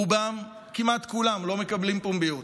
רובם, כמעט כולם, לא מקבלים פומביות.